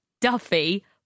Duffy